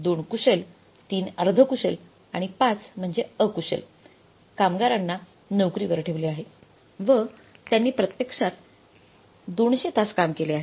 2 कुशल 3 अर्धकुशल आणि 5 म्हणजे अकुशल कामगारांना नोकरीवर ठेवले आहे व त्यांनी प्रत्यक्षात 200 तास काम केले आहे